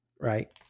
Right